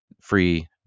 free